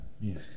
Yes